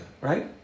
right